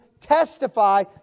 testify